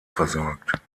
versorgt